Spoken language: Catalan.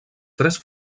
tres